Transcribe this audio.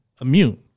immune